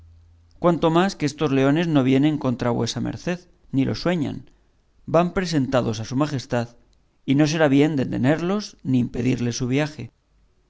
cuanto más que estos leones no vienen contra vuesa merced ni lo sueñan van presentados a su majestad y no será bien detenerlos ni impedirles su viaje